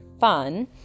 fun